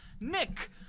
Nick